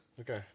Okay